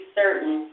certain